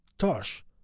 Tosh